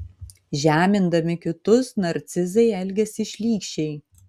žemindami kitus narcizai elgiasi šlykščiai